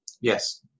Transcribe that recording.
Yes